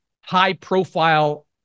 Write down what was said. high-profile